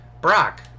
brock